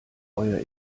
euer